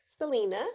Selena